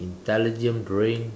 intelligent brain